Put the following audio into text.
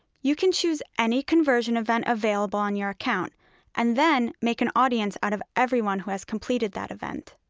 you can choose any conversion event available on your account and then make an audience out of everyone who has completed that event.